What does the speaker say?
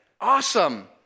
awesome